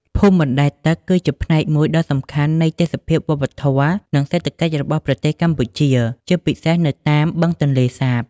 ភូមិបណ្តែតទឹកគឺជាផ្នែកមួយដ៏សំខាន់នៃទេសភាពវប្បធម៌ និងសេដ្ឋកិច្ចរបស់ប្រទេសកម្ពុជា ជាពិសេសនៅតាមបឹងទន្លេសាប។